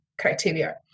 criteria